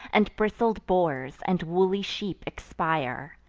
and bristled boars, and woolly sheep expire.